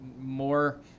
more